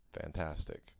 fantastic